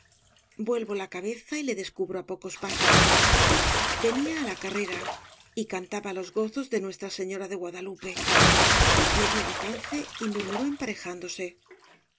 vuelvo la cabeza y le descubro á pocos pasos venía á la carrera y cantaba los gozos de nuestra señora de guadalupe me dio alcance y murmuró emparejándose